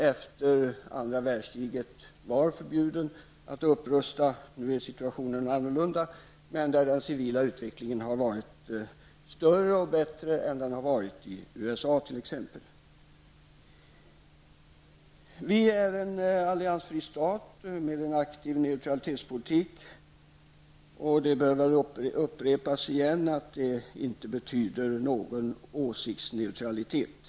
Efter andra världskriget var landet förbjudet att upprusta. Nu är situationen annorlunda. Den civila utvecklingen har varit större och bättre än den har varit i t.ex. USA. Sverige är en alliansfri stat med en aktiv neutralitetspolitik. Det bör upprepas igen att det inte betyder åsiktsneutralitet.